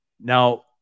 Now